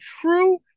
true